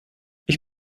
ich